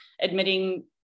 admitting